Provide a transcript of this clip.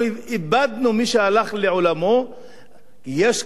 יש לזה גם השלכה קשה על אלה שנשארו בחיים.